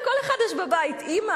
לכל אחד יש בבית אמא,